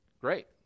great